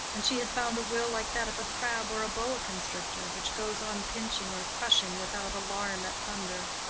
and she had found a will like that of a crab or a boa-constrictor, which goes on pinching or crushing without alarm at thunder.